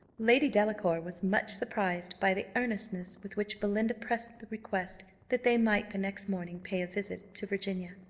lady delacour was much surprised by the earnestness with which belinda pressed the request that they might the next morning pay a visit to virginia.